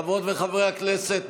חברות וחברי הכנסת,